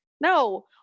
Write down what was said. no